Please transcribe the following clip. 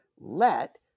let